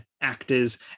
actors